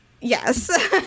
Yes